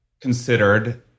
considered